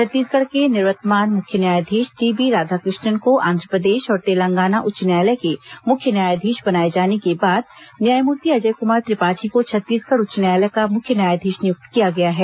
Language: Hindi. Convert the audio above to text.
छत्तीसगढ़ के निवर्तमान मुख्य न्यायाधीश टीबी राधाकृष्णन को आंध्रप्रदेश और तेलंगाना उच्च न्यायालय के मुख्य न्यायाधीश बनाए जाने के बाद न्यायमूर्ति अजय कुमार त्रिपाठी को छत्तीसगढ़ उच्च न्यायालय का मुख्य न्यायाधीश नियुक्त किया गया है